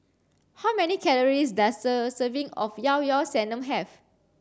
how many calories does a serving of liao liao Sanum have